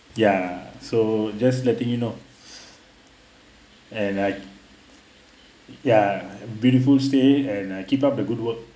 ya so just letting you know and uh ya beautiful stay and uh keep up the good work